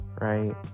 right